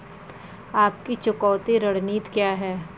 आपकी चुकौती रणनीति क्या है?